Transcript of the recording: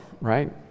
right